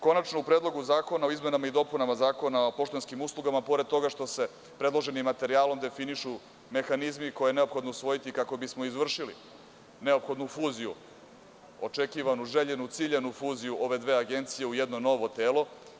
Konačno, u Predlogu zakona o izmenama i dopunama Zakona o poštanskim uslugama, pored toga što se predloženim materijalom definišu mehanizmi koje je neophodno usvojiti kako bismo izvršili neophodnu, očekivanu, željenu, ciljanu fuziju ove dve agencije u jedno novo telo.